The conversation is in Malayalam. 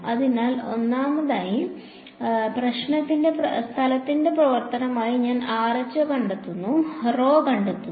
അതിനാൽ ഒന്നാമതായി സ്ഥലത്തിന്റെ പ്രവർത്തനമായി ഞാൻ Rho കണ്ടെത്തേണ്ടതുണ്ട്